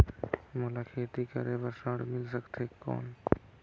मोला खेती करे बार ऋण मिल सकथे कौन?